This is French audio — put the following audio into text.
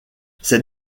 ces